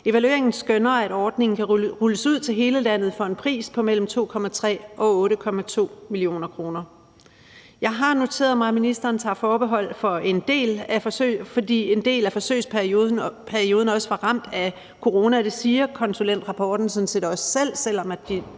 evalueringen skønner, at ordningen kan rulles ud til hele landet for en pris på mellem 2,3 mio. og 8,2 mio. kr. Jeg har noteret mig, at ministeren tager forbehold for en del af forsøget, fordi en del af forsøgsperioden også var ramt af corona, og det siger konsulentrapporten sådan set også selv, selv om det